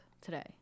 Today